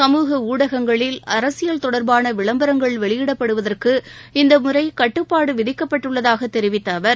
சமூக ஊடகங்களில் அரசியல் தொடர்பான விளம்பரங்கள் வெளியிடப்படுவதற்கு இந்த முறை கட்டுப்பாடு விதிக்கப்பட்டுள்ளதாக தெரிவித்த அவர்